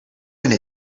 going